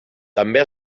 també